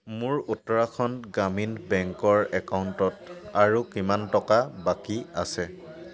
মোৰ উত্তৰাখণ্ড গ্ৰামীণ বেংকৰ একাউণ্টত আৰু কিমান টকা বাকী আছে